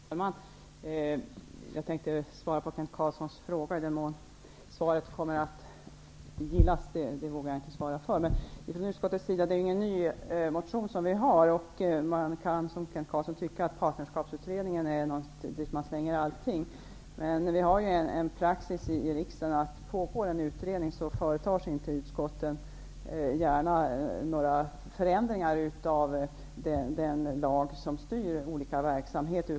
Herr talman! Jag tänker svara på Kent Carlssons fråga. I vad mån svaret kommer att gillas, vågar jag inte yttra mig om. Motionen är ju inte ny, och man kan, som Kent Carlsson gör, tycka att till Parterskapsutredningen slängs allt. Men vi har den praxisen här i riksdagen, att när en utredning pågår företar man sig i utskotten inte gärna några förändringar av den lag som styr olika verksamheter.